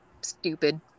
stupid